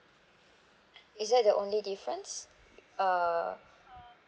is that the only difference err